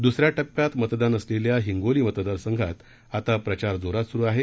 दुस या टप्प्यात मतदान असलेल्या हिंगोली मतदार संघात आता प्रचार जोरात सुरु आहे